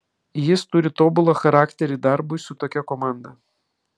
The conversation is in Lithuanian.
jis turi tobulą charakterį darbui su tokia komanda